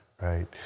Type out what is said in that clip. right